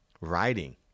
writing